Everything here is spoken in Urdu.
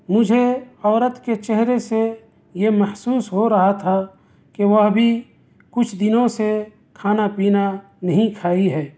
مجھے عورت کے چہرے سے یہ محسوس ہو رہا تھا کہ وہ ابھی کچھ دنوں سے کھانا پینا نہیں کھائی ہے